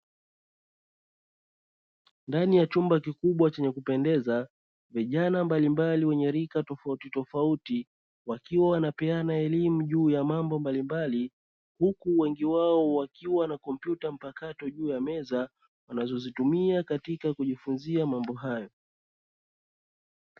Ndani ya chumba kikubwa chenye kupendeza, vijana mbalimbali wenye rika tofautitofauti wakiwa wanapeana elimu juu ya mambo mbalimbali, huku wengi wao wakiwa na kompyuta mpakato juu ya meza wanazozitumia katika kujifunzia mambo hayo.